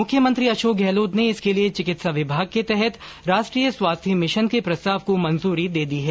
मुख्यमंत्री अशोक गहलोत ने इसके लिए चिकित्सा विभाग के तहत राष्ट्रीय स्वास्थ्य मिशन के प्रस्ताव को मंजूरी दे दी है